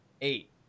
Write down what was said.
Eight